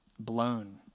blown